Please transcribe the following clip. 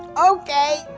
okay.